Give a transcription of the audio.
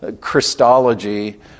Christology